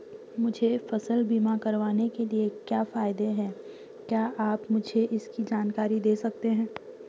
मुझे फसल बीमा करवाने के क्या फायदे हैं क्या आप मुझे इसकी जानकारी दें सकते हैं?